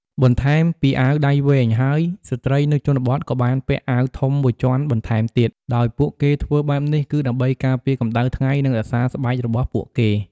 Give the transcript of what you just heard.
បន្ថែមពីអាដៃវែងហើយស្រ្តីនៅជនបទក៏បានពាក់អាវធំមួយជាន់បន្ថែមទៀត ដោយពួកគេធ្វើបែបនេះគឺដើម្បីការពារកម្ដៅថ្ងៃនិងរក្សាស្បែករបស់ពួកគេ។